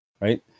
right